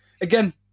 Again